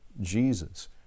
Jesus